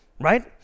right